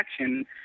action